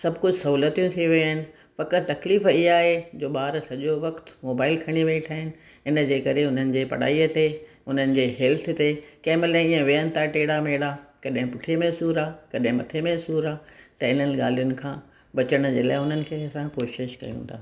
सभु कुझु सहूलियतूं थी वियूं आहिनि पक तकलीफ़ इहा आहे जो ॿार सॼो वक़्तु मोबाइल खणी वेठा आहिनि हिन जे करे हुननि जे पढ़ाईअ ते हुननि जे हेल्थ ते कंहिं महिल हीअं वेहनि था टेड़ा मेड़ा कॾहिं पुठीअ में सूरु आहे कॾहिं मथे में सूरु आहे त हिननि ॻाल्हयुनि खां बचण जे लाइ हुननि खे असां कोशिश कयूं था